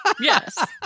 Yes